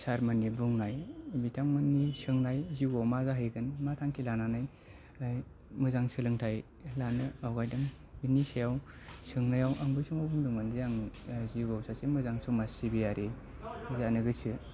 सार मोननि बुंनाय बिथांमोननि सोंनाय जिउआव मा जाहैगोन मा थांखि लानानै ओ मोजां सोलोंथाय लानो आवगायदों बेनि सायाव सोंनायाव आं बै समाव बुंदोंमोन जे आं जिउआव सासे मोजां समाज सिबियारि जानो गोसो